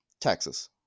Texas